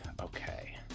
Okay